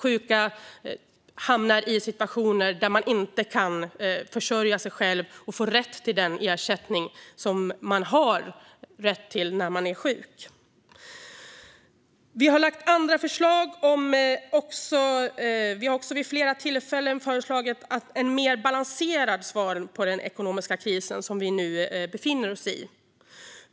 Sjuka hamnar i situationer så att de inte kan försörja sig själva och får inte rätt till den ersättning som man har rätt till när man är sjuk. Vi har också vid flera tillfällen föreslagit ett mer balanserat svar på den ekonomiska krisen som vi nu befinner oss i.